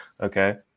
Okay